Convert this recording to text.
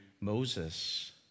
Moses